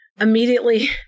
immediately